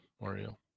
Mario